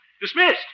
Dismissed